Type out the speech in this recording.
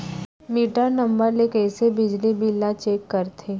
Metre number ले कइसे बिजली बिल ल चेक करथे?